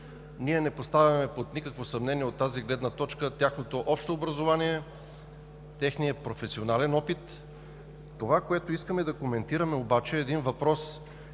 ние не поставяме под никакво съмнение тяхното общо образование, техния професионален опит. Това, което искаме да коментираме обаче, е един въпрос,